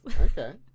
Okay